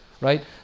Right